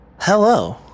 Hello